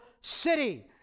city